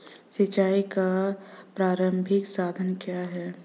सिंचाई का प्रारंभिक साधन क्या है?